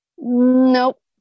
Nope